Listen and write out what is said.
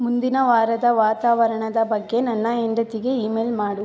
ಮುಂದಿನ ವಾರದ ವಾತಾವರಣದ ಬಗ್ಗೆ ನನ್ನ ಹೆಂಡತಿಗೆ ಇ ಮೇಲ್ ಮಾಡು